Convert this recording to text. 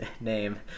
name